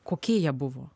kokie jie buvo